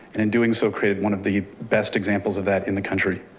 in doing so created one of the best examples of that in the country,